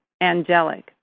angelic